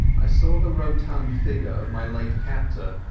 i saw the rotund figure of my late captor,